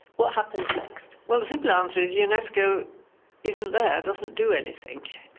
what happens next? well, the simple answer is unesco isn't there, doesn't do anything.